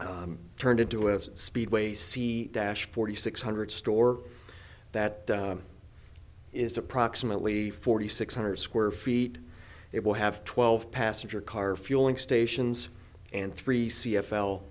be turned into a speedway c dash forty six hundred store that is approximately forty six hundred square feet it will have twelve passenger car fueling stations and three c f l